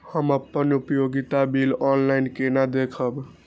हम अपन उपयोगिता बिल ऑनलाइन केना देखब?